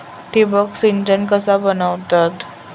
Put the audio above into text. ठिबक सिंचन कसा बनवतत?